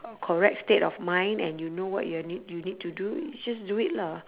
correct state of mind and you know what you're need you need to do just do it lah